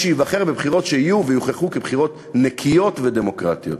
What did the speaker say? שייבחר בבחירות שיהיו ויוכחו כבחירות נקיות ודמוקרטיות.